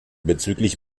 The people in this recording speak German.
bezüglich